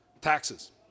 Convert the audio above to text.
taxes